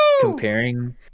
comparing